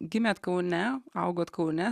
gimėt kaune augot kaune